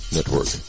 Network